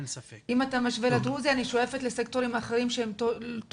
אני יכולה לומר שבשנים האחרונות יש יותר יועצים